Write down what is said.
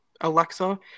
Alexa